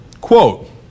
quote